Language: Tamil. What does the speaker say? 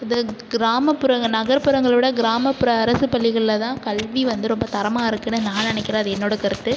இது கிராமப்புறங்க நகர்புறங்களை விட கிராமப்புற அரசு பள்ளிகளில் தான் கல்வி வந்து ரொம்ப தரமாக இருக்குன்னு நான் நினைக்கிறேன் அது என்னோட கருத்து